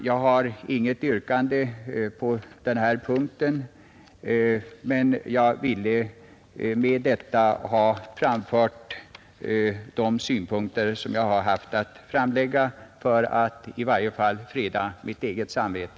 Jag har inget yrkande på denna punkt men har med det anförda velat framföra mina synpunkter för att i varje fall freda mitt eget samvete.